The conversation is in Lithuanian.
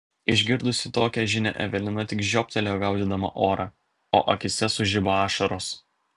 išgirdusi tokią žinią evelina tik žioptelėjo gaudydama orą o akyse sužibo ašaros